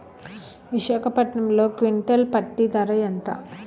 విశాఖపట్నంలో క్వింటాల్ పత్తి ధర ఎంత?